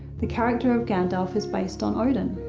the character of gandalf is based on odin.